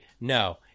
No